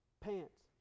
pants